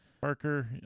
Parker